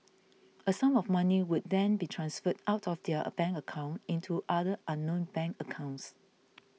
a sum of money would then be transferred out of their bank account into other unknown bank accounts